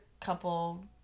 couple